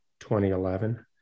2011